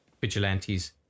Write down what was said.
vigilantes